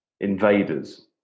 invaders